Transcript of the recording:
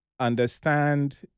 understand